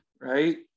right